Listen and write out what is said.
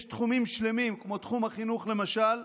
יש תחומים שלמים, תחום החינוך, למשל,